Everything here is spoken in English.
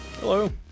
Hello